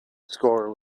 score